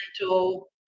mental